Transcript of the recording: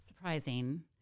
Surprising